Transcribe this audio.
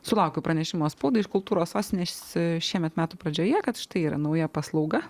sulaukiau pranešimo spaudai iš kultūros sostinės šiemet metų pradžioje kad štai yra nauja paslauga